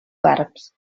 barbs